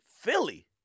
Philly